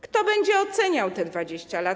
Kto będzie oceniał te 20 lat?